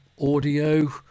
audio